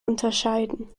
unterscheiden